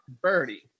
Birdie